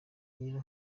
niba